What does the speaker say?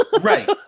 right